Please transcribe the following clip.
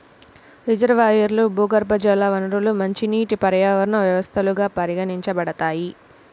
రిజర్వాయర్లు, భూగర్భజల వనరులు మంచినీటి పర్యావరణ వ్యవస్థలుగా పరిగణించబడతాయి